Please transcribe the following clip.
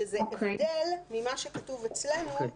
שזה הבדל ממה שכתוב אצלנו,